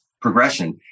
progression